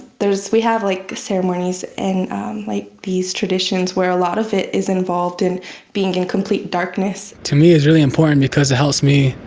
there is we have like ceremonies and like these traditions where a lot of it is involved in being in complete darkness. to me it's really important, because it helps me